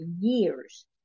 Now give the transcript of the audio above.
years